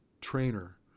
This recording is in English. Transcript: trainer